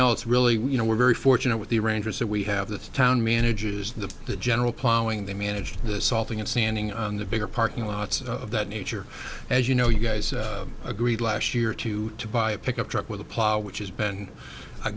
else really you know we're very fortunate with the rangers that we have the town manages the general plowing they managed salting and sanding on the bigger parking lots of that nature as you know you guys agreed last year to to buy a pickup truck with a plow which has been a